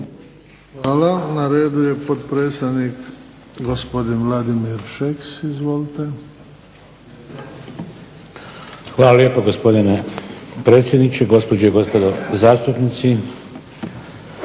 Hvala. Na redu je potpredsjednik gospodin Vladimir Šeks. Izvolite. **Šeks, Vladimir (HDZ)** Hvala lijepo gospodine predsjedniče, gospođe i gospodo zastupnici,